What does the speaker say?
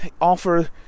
offer